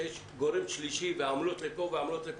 שיש גורם שלישי ועמלות לפה ועמלות לשם